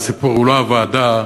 והסיפור הוא לא הוועדה.